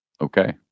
okay